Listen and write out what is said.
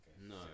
no